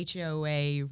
HOA